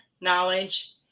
knowledge